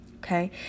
Okay